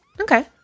Okay